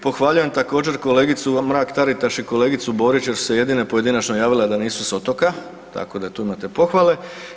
Pohvaljujem također kolegicu Mrak-Taritaš i kolegicu Borić jer su se jedine pojedinačno javile a da nisu s otoka, tako da i tu imate pohvale.